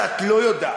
שאת לא יודעת: